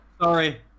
Sorry